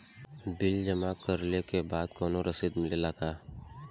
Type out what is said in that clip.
Bill जमा करवले के बाद कौनो रसिद मिले ला का?